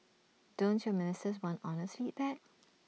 don't your ministers want honest feedback